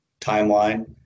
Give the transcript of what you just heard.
timeline